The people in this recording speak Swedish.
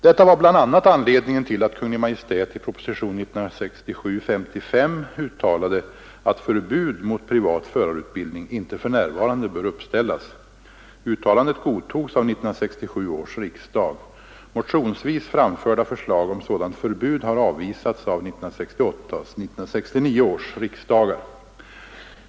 Detta var bl.a. anledningen till att Kungl. Maj:t i propositionen 55 år 1967 uttalade att förbud mot privat förarutbildning inte för närvarande bör uppställas. Uttalandet godtogs av 1967 års riksdag. Motionsvis framförda förslag om sådant förbud har avvisats av 1968 och 1969 års riksdagar.